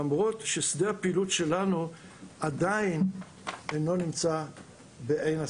למרות ששדה הפעילות שלנו עדיין אינו נמצא בעין הסערה.